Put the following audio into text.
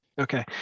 okay